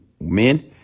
men